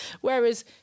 whereas